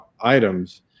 items